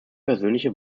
persönliche